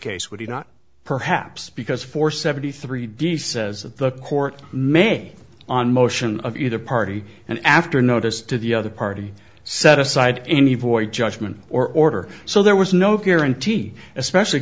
case would he not perhaps because for seventy three d says that the court may on motion of either party and after notice to the other party set aside any void judgment or order so there was no guarantee especially